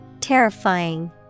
Terrifying